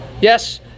Yes